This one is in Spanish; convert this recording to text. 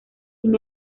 sin